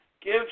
give